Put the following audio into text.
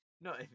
no